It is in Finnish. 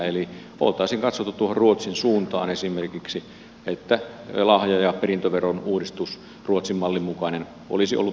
eli oltaisiin katsottu esimerkiksi tuohon ruotsin suuntaan että ruotsin mallin mukainen lahja ja perintöverouudistus olisi ollut meillä